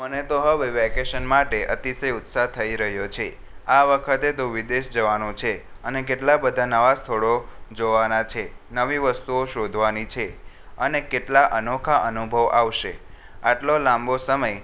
મને તો હવે વેકેશન માટે અતિશય ઉત્સાહ થઈ રહ્યો છે આ વખતે તો વિદેશ જવાનું છે અને કેટલાં બધા નવાં સ્થળો જોવાનાં છે નવી વસ્તુઓ શોધવાની છે અને કેટલા અનોખા અનુભવ આવશે આટલો લાંબો સમય